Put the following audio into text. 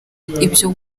ibyo